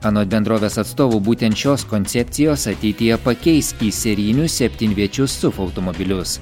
anot bendrovės atstovų būtent šios koncepcijos ateityje pakeis į serijinius septynviečius suf automobilius